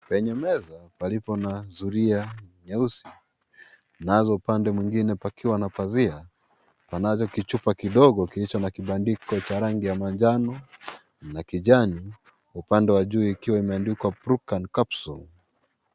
Penye meza palipo na zulia nyeusi nzo pande mwingine pakiwa na pazia panazo chupa kidogo kilicho na bandiko la rangi ya manjano na kijani upande wa juu ikiwa imeandikwa Prucan Capsule .